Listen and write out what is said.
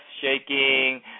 shaking